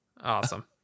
Awesome